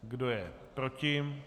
Kdo je proti?